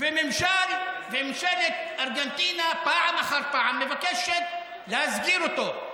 וממשלת ארגנטינה פעם אחר פעם מבקשת להסגיר אותו.